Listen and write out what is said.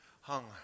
hung